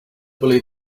believe